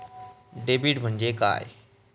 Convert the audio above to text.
Debit म्हणजे काय?